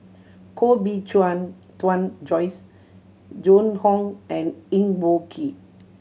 Koh Bee Tuan Joyce Joan Hon and Eng Boh Kee